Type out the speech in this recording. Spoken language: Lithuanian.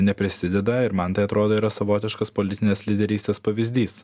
neprisideda ir man tai atrodo yra savotiškas politinės lyderystės pavyzdys